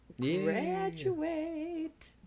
graduate